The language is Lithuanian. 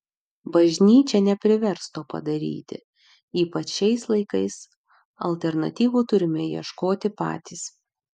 bažnyčia neprivers to padaryti ypač šiais laikais alternatyvų turime ieškoti patys